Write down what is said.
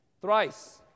Thrice